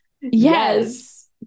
yes